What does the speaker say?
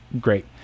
Great